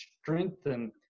strengthen